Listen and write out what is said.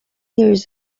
years